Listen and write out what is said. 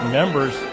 members